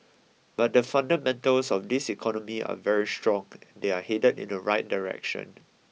but the fundamentals of this economy are very strong and they're headed in the right direction